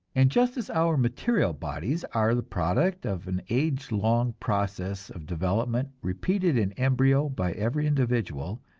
and just as our material bodies are the product of an age-long process of development repeated in embryo by every individual,